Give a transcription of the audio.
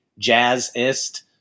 Jazzist